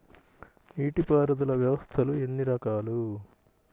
నీటిపారుదల వ్యవస్థలు ఎన్ని రకాలు?